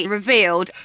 revealed